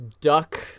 Duck